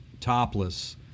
topless